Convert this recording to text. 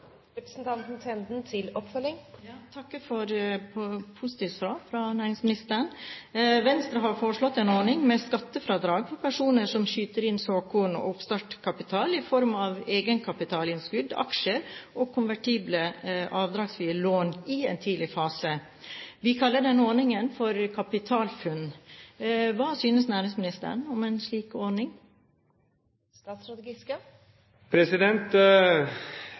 takker for positivt svar fra næringsministeren. Venstre har foreslått en ordning med skattefradrag for personer som skyter inn såkorn- og oppstartkapital i form av egenkapitalinnskudd, aksjer og konvertible avdragsfrie lån i en tidlig fase. Vi kaller denne ordningen for KapitalFUNN. Hva synes næringsministeren om en slik